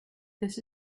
this